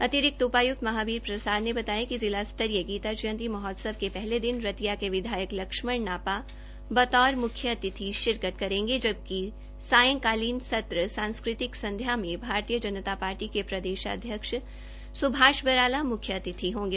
अतिरिक्त उपायुक्त महाबीर प्रसाद ने बताया कि जिला स्तरीय गीता जयंती महोत्सव के पहले दिन रतिया के विधायक लक्ष्मण नापा बतौर मुख्यातिथि शिरकत करेंगे जबकि सायंकालीन सत्र सांस्कृतिक संध्या में भारतीय जनता पार्टी प्रदेशाध्यक्ष स्भाष बराला म्ख्यातिथि होंगे